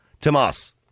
tomas